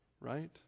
right